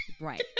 Right